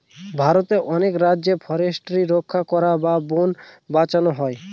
ভারতের অনেক রাজ্যে ফরেস্ট্রি রক্ষা করা বা বোন বাঁচানো হয়